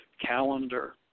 calendar